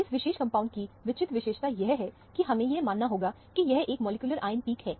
इस विशेष कंपाउंड की विचित्र विशेषता यह है की हमें यह मानना होगा कि यह एक मॉलिक्यूलर आयन पीक है